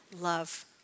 love